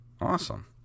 Awesome